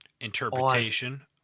interpretation